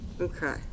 Okay